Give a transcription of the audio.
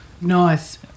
nice